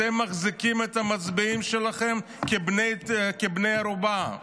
אתם מחזיקים את המצביעים שלכם כבני ערובה.